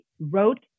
wrote